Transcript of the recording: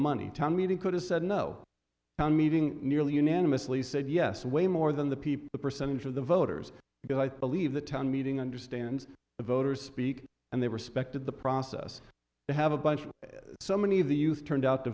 money town meeting could have said no one meeting nearly unanimously said yes way more than the people the percentage of the voters because i believe the town meeting understands the voters speak and they respected the process to have a bunch so many of the youth turned out to